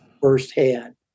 firsthand